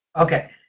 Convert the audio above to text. Okay